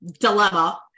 dilemma